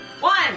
One